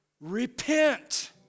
Repent